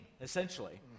essentially